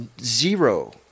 zero